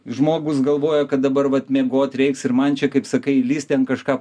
žmogus galvoja kad dabar vat miegot reiks ir man čia kaip sakai lįsk ten kažką